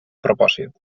propòsit